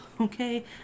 okay